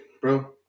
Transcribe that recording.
bro